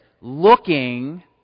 looking